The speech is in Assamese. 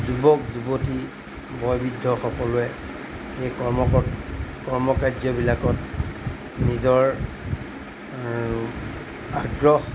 যুৱক যুৱতী বয়বৃদ্ধ সকলোৱে এই কৰ্মকত কৰ্মকাৰ্যবিলাকত নিজৰ আগ্ৰহ